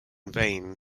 vain